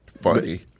Funny